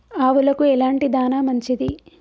ఆవులకు ఎలాంటి దాణా మంచిది?